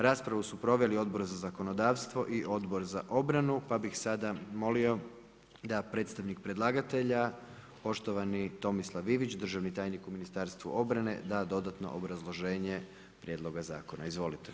Raspravu su proveli Odbor za zakonodavstvo i Odbor za obranu, pa bih sada molio da predstavnik predlagatelja, poštovani Tomislav Ivić, državni tajnik u Ministarstvu obrane da dodatno obrazloženje prijedloga zakona, izvolite.